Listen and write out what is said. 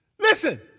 Listen